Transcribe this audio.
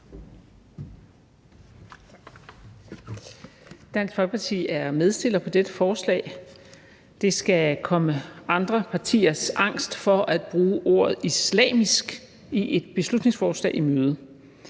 Dansk Folkeparti er medstiller på dette forslag. Det skal komme andre partiers angst for at bruge ordet islamisk i et beslutningsforslag i møde.